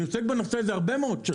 אני עוסק בנושא הזה הרבה מאוד שנים.